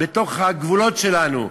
בתוך הגבולות שלנו.